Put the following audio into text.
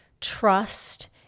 trust